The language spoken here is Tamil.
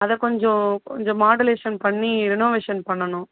அதை கொஞ்சம் கொஞ்சம் மாடலேஷன் பண்ணி ரினோவேஷன் பண்ணணும்